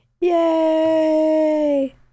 Yay